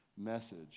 message